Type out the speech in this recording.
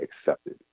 accepted